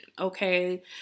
Okay